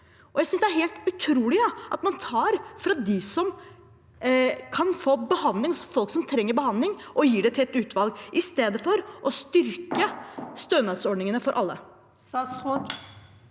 Jeg synes det er helt utrolig at man tar fra folk som trenger behandling, og gir til et utvalg – i stedet for å styrke stønadsordningene for alle. Statsråd